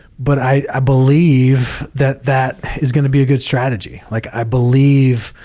but i believe that that is going to be a good strategy. like i believe,